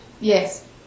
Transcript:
Yes